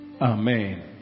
Amen